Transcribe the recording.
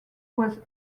was